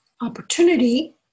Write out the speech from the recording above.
opportunity